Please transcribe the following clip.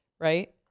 right